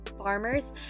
farmers